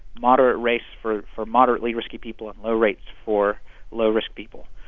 moderate rates for for moderately risky people and low rates for low-risk people.